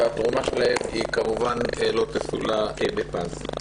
והתרומה שלהן כמובן לא תסולא בפז.